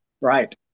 Right